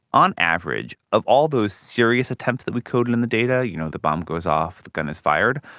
on average, of all those serious attempts that we coded in the data, you know, the bomb goes off, the gun is fired,